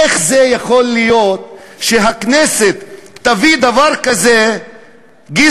איך זה יכול להיות שהכנסת תביא דבר כזה גזעני,